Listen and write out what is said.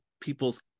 people's